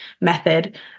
method